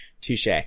Touche